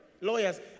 Lawyers